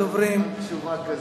נתן תשובה כזאת.